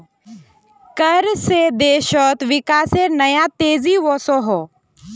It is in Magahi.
कर से देशोत विकासेर नया तेज़ी वोसोहो